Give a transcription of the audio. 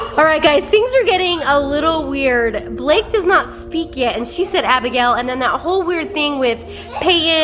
alright guys, things are getting a little weird. blake does not speak yet and she said abigail and then that whole weird thing with payton